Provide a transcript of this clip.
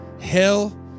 hell